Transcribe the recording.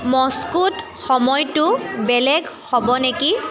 মস্কোত সময়টো বেলেগ হ'ব নেকি